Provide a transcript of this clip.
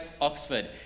Oxford